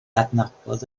adnabod